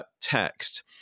text